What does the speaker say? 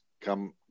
come